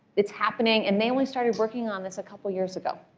it's happening. and they only started working on this a couple of years ago.